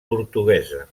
portuguesa